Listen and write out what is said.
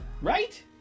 right